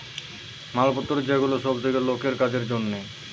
মাল পত্র যে গুলা সব থাকে লোকের কাজের জন্যে